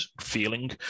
feeling